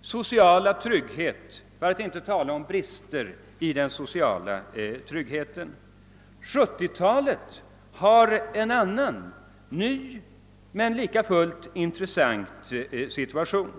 sociala trygghet — för att inte tala om brister i den sociala tryggheten. 1970 talet har en annan, ny men likafullt intressant situation.